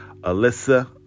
Alyssa